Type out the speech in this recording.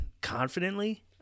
confidently